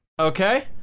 Okay